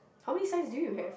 how many signs do you have